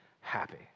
happy